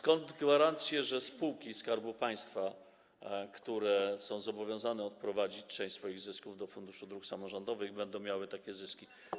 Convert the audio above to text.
Skąd gwarancje, że spółki Skarbu Państwa, które są zobowiązane odprowadzić część swoich zysków do Funduszu Dróg Samorządowych, będą wypracowywały takie zyski?